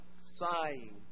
sighing